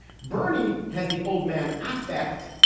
bernie has the old man affect.